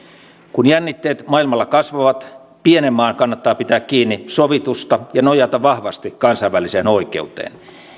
kun jännitteet maailmalla kasvavat pienen maan kannattaa pitää kiinni sovitusta ja nojata vahvasti kansainväliseen oikeuteen